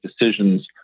decisions